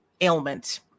ailment